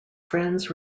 friends